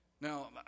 Now